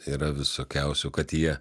yra visokiausių kad jie